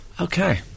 Okay